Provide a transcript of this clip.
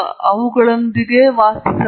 ನಂತರ ನೀವು ಮಾಡಬೇಕಾದ ಇತರ ರೀತಿಯ ಪೂರ್ವ ಪ್ರಕ್ರಿಯೆ